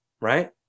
Right